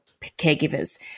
caregivers